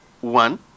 one